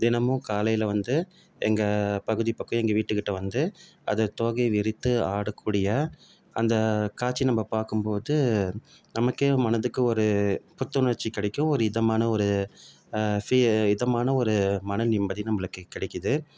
தினமும் காலையில் வந்து எங்கள் பகுதி பக்கம் எங்கள் வீட்டு கிட்ட வந்து அது தோகைய விரித்து ஆடக்கூடிய அந்த காட்சி நம்ம பார்க்கும் போது நமக்கே மனதுக்கு ஒரு புத்துணர்ச்சி கிடைக்கும் ஒரு இதமான ஒரு ஃபீ இதமான ஒரு மன நிம்மதியும் நம்மளுக்கு கிடைக்கிது